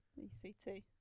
ECT